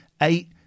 eight